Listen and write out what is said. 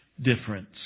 difference